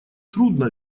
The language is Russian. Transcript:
трудно